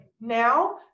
Now